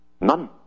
none